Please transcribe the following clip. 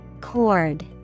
cord